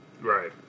right